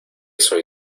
soy